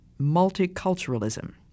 multiculturalism